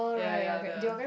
yea yea the